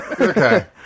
Okay